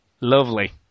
Lovely